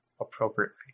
appropriately